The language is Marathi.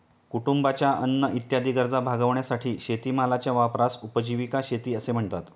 कुटुंबाच्या अन्न इत्यादी गरजा भागविण्यासाठी शेतीमालाच्या वापरास उपजीविका शेती असे म्हणतात